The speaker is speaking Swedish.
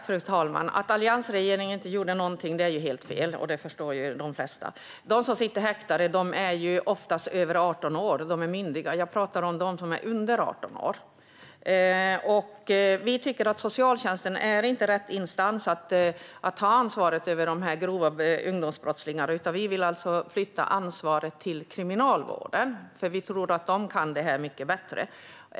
Fru talman! Att alliansregeringen inte gjorde någonting är helt fel. Det förstår de flesta. De som sitter häktade är oftast över 18 år; de är myndiga. Jag pratar om dem som är under 18 år. Vi tycker att socialtjänsten inte är rätt instans att ta ansvaret över dessa ungdomsbrottslingar som har begått grova brott, utan vi vill flytta ansvaret till Kriminalvården. Vi tror att de kan detta bättre.